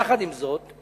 יחד עם זאת,